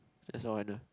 that's all I know